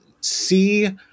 see